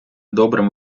добрим